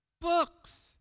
books